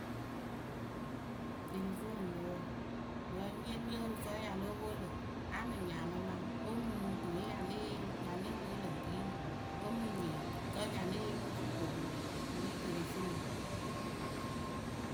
Telefoniyǝ wǝǝ mɨŋ ye kpii ǝ rɨ fǝŋ ya lóo pwo lǝ a mɨ nhyɩŋ a mɨ maŋ o mɨ nuŋ tuwe ya nóo pwo lǝ̈ ŋ tii wǝ a mɨ nyɩŋ kǝ́ ya née yee mɨŋ fɨ ko wǝǝ. wǝ ri telefoni.